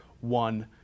one